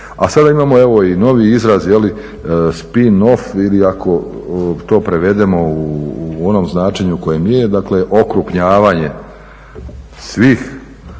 A sada imamo evo i novi izraz spin off ili ako to prevedemo u onom značenju u kojem je, dakle okrupnjavanje svih